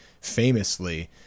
famously